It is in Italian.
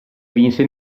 vinse